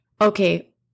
Okay